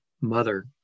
mother